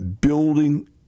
Building